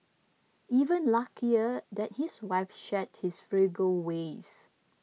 even luckier that his wife shared his frugal ways